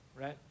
right